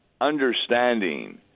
understanding